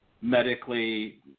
medically